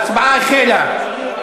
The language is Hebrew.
ההצבעה החלה.